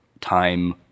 time